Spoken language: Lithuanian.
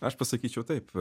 aš pasakyčiau taip